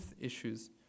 issues